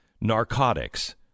narcotics